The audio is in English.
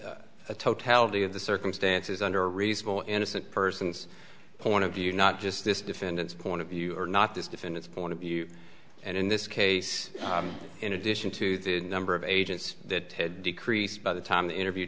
of the circumstances under reasonable innocent person's point of view not just this defendant's point of view or not this defend its point of view and in this case in addition to the number of agents that had decreased by the time the interview